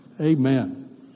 Amen